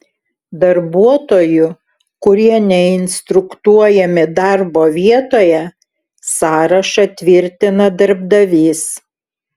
darbuotojų kurie neinstruktuojami darbo vietoje sąrašą tvirtina darbdavys